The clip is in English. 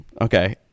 Okay